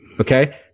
Okay